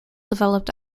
developed